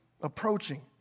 approaching